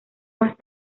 más